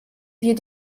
wir